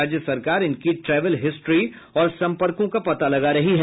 राज्य सरकार इनकी ट्रैवल हिस्ट्री और सम्पर्को का पता लगा रही है